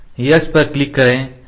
yes पर click करें